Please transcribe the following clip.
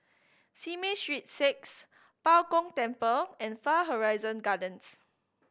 Simei Street Six Bao Gong Temple and Far Horizon Gardens